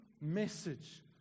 message